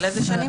של איזה שנים?